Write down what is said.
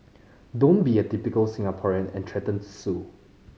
don't be a typical Singaporean and threaten to sue